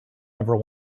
never